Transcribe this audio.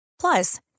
Plus